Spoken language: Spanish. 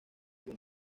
como